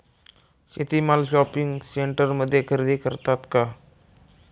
शेती माल शॉपिंग सेंटरमध्ये खरेदी करतात का?